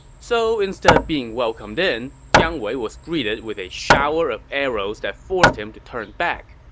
so instead of being welcomed in, jiang wei was greeted with a shower of arrows that forced him to turn back.